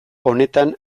honetan